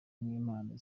n’impano